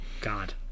God